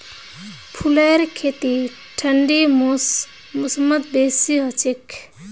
फूलेर खेती ठंडी मौसमत बेसी हछेक